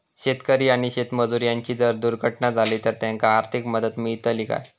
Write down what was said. शेतकरी आणि शेतमजूर यांची जर दुर्घटना झाली तर त्यांका आर्थिक मदत मिळतली काय?